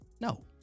No